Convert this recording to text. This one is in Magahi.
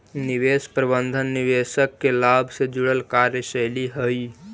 निवेश प्रबंधन निवेशक के लाभ से जुड़ल कार्यशैली हइ